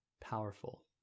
powerful